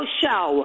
show